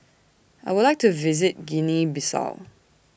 I Would like to visit Guinea Bissau